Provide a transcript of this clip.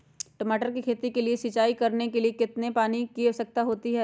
टमाटर की खेती के लिए सिंचाई करने के लिए कितने पानी की आवश्यकता होती है?